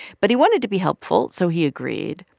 but he wanted to be helpful. so he agreed,